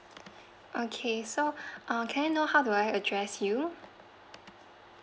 okay so uh can know how do I address you